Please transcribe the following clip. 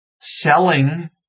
selling